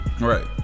Right